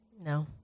No